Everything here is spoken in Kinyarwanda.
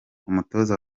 umutoza